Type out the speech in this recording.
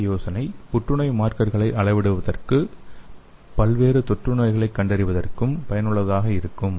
இதே யோசனை புற்று நோய் மார்க்கர்களை அளவிடுவதற்கும் பல்வேறு தொற்று நோய்களைக் கண்டறிவதற்கும் பயனுள்ளதாக இருக்கும்